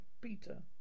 Peter